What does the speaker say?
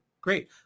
great